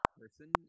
person